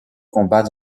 combat